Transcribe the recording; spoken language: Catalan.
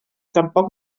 tampoc